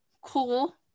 cool